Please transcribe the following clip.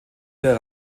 der